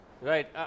Right